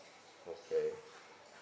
okay